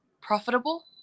profitable